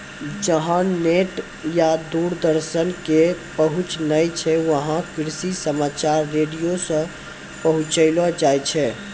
जहां नेट या दूरदर्शन के पहुंच नाय छै वहां कृषि समाचार रेडियो सॅ पहुंचैलो जाय छै